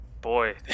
boy